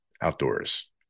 outdoors